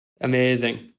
Amazing